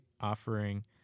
offering